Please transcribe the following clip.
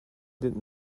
did